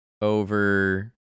over